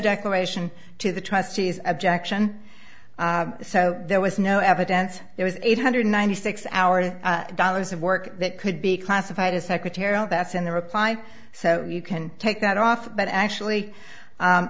declaration to the trustees objection so there was no evidence there was eight hundred ninety six hours dollars of work that could be classified as secretarial that's in the reply so you can take that off but actually